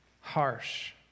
harsh